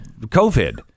COVID